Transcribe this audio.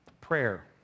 Prayer